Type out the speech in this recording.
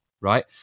right